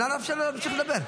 נא לאפשר לו להמשיך לדבר.